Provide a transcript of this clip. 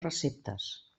receptes